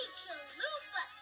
chalupa